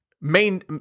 main